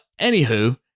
Anywho